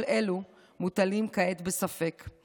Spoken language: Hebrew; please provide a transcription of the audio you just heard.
כל אלו מוטלים כעת בספק.